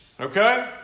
Okay